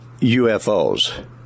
UFOs